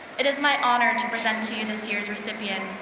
it is my honor to present to you this year's recipient,